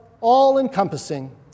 all-encompassing